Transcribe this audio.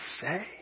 say